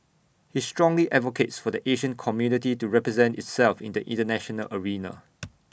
he strongly advocates for the Asian community to represent itself in the International arena